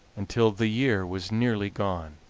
until the year was nearly gone.